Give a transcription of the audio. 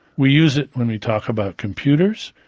we use it when we talk about computers,